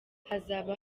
hazaba